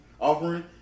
offering